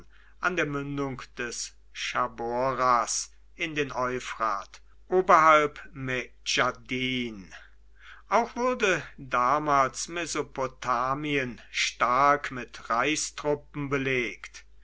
an der mündung des chaboras in den euphrat oberhalb mejdn auch wurde damals mesopotamien stark mit reichstruppen belegt